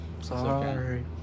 Sorry